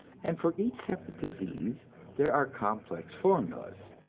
and for each separate disease there are complex formulas,